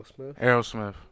Aerosmith